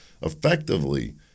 effectively